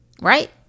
Right